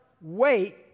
wait